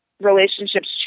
relationships